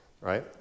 right